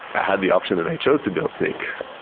had the option and i chose to build snyk.